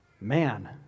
Man